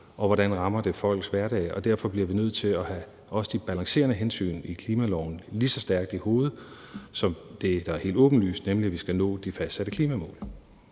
og hvordan det rammer folks hverdag. Derfor bliver vi også nødt til at have de balancerede hensyn i klimaloven lige så stærkt i hovedet som det, der er helt åbenlyst, nemlig at vi skal nå de fastsatte klimamål.